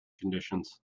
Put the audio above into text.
conditions